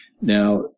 Now